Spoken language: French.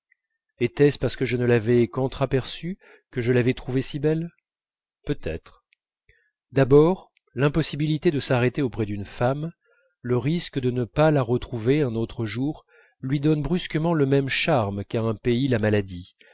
était-ce parce que je ne l'avais qu'entr'aperçue que je l'avais trouvée si belle peut-être d'abord l'impossibilité de s'arrêter auprès d'une femme le risque de ne pas la retrouver un autre jour lui donnent brusquement le même charme qu'à un pays la maladie